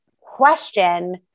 question